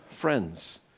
friends